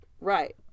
Right